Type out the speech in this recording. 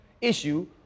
issue